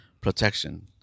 protection